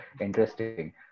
interesting